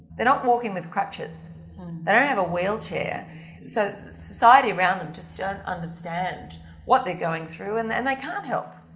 they're not walking with crutches they don't have a wheelchair so society around them just don't understand what they are going through and and they can't help.